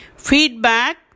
Feedback